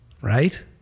Right